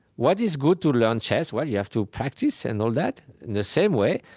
what is good to learn chess? well, you have to practice and all that. in the same way,